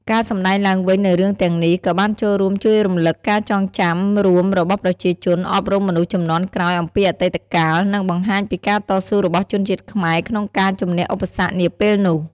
ការសម្តែងឡើងវិញនូវរឿងទាំងនេះក៏បានចូលរួមជួយរំលឹកការចងចាំរួមរបស់ប្រជាជន អប់រំមនុស្សជំនាន់ក្រោយអំពីអតីតកាល និងបង្ហាញពីការតស៊ូរបស់ជនជាតិខ្មែរក្នុងការជំនះឧបសគ្គនាពេលនោះ ។